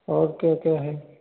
और क्या क्या है